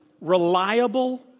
reliable